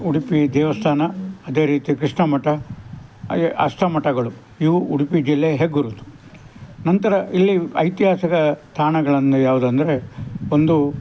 ಉಡುಪಿ ದೇವಸ್ಥಾನ ಅದೇ ರೀತಿ ಕೃಷ್ಣ ಮಠ ಹಾಗೆ ಅಷ್ಟ ಮಠಗಳು ಇವು ಉಡುಪಿ ಜಿಲ್ಲೆ ಹೆಗ್ಗುರುತು ನಂತರ ಇಲ್ಲಿ ಐತಿಹಾಸಿಕ ತಾಣಗಳಂದ್ರ್ ಯಾವುದಂದ್ರೆ ಒಂದು